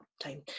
Time